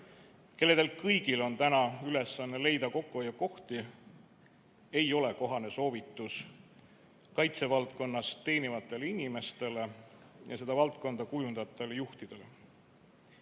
kellel kõigil on täna ülesanne leida kokkuhoiukohti, ei ole kohane soovitus kaitsevaldkonnas teenivatele inimestele ja seda valdkonda kujundavatele juhtidele.